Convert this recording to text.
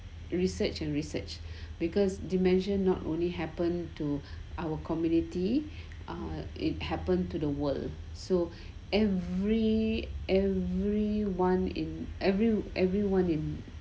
research and research because dementia not only happen to our community our it happen to the world so every everyone in every everyone in